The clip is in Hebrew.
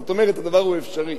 זאת אומרת, הדבר אפשרי.